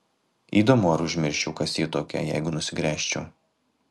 įdomu ar užmirščiau kas ji tokia jeigu nusigręžčiau